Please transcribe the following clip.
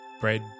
bread